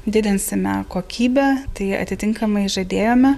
didinsime kokybę tai atitinkamai žadėjome